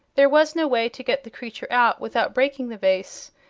there was no way to get the creature out without breaking the vase,